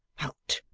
out,